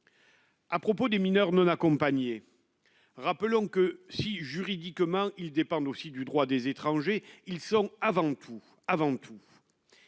à propos des mineurs non accompagnés, rappelons que si juridiquement, ils dépendent aussi du droit des étrangers, ils sont avant tout, avant tout,